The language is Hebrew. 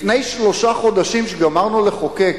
לפני שלושה חודשים, כשגמרנו לחוקק,